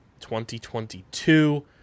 2022